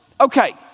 okay